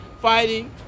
fighting